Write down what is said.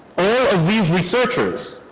all of these researchers